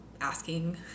asking